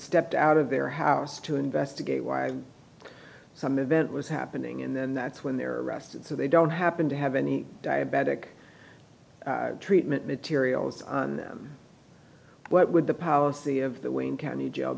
stepped out of their house to investigate why some event was happening in then that's when they're arrested so they don't happen to have any diabetic treatment materials on them what would the power see of the wayne county jail